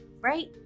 right